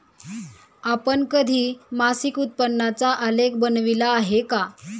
आपण कधी मासिक उत्पन्नाचा आलेख बनविला आहे का?